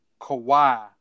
Kawhi